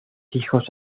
hijos